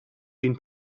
been